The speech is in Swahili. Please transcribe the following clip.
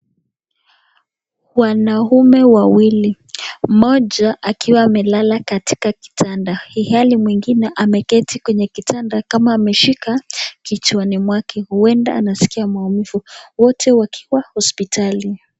Wanaume wawili mmoja akiwa amelala katika kitanda ilhali mwingine ameketi kwenye kitanda kama ameshika kichwani mwake huenda anasikia maumivu .Wote wakiwa hospitali.